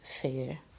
fair